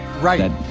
Right